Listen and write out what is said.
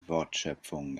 wortschöpfungen